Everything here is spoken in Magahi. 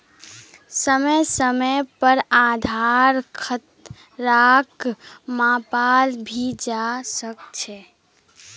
समय समय पर आधार खतराक मापाल भी जवा सक छे